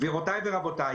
גבירותי ורבותי,